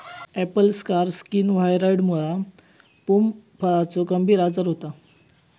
Apple scar skin व्हायरॉइडमुळा pome फळाचो गंभीर आजार होता